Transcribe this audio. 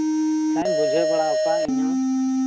ᱟᱪᱪᱷᱟᱧ ᱵᱩᱡᱷᱟᱹᱣ ᱵᱟᱲᱟ ᱟᱠᱚᱣᱟ ᱤᱧ ᱦᱚᱸ